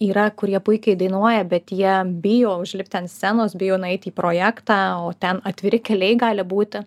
yra kurie puikiai dainuoja bet jie bijo užlipti ant scenos bijo nueiti į projektą o ten atviri keliai gali būti